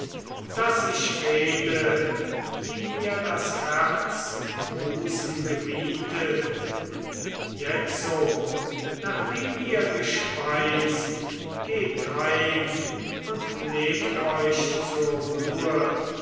daß ich rede wie mir das herz im busen gebietet jetzo nachdem ihr gespeist geht heim und legt euch zur ruhe